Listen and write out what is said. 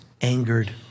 angered